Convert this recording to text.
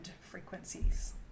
frequencies